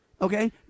Okay